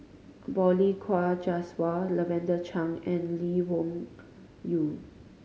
Balli Kaur Jaswal Lavender Chang and Lee Wung Yew